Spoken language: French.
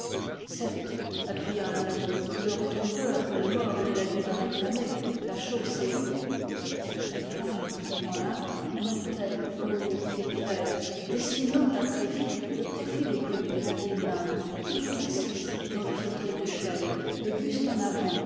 certes appuya un autre il aurait trop peur que le mort ne la lui vînt réclamer la chose s'est vue la flamme dans l'âtre montait haute et claire dessinant d'un trait vif le profil aigu de la vieille nann toujours assise dans le fauteuil de chêne le buste en avant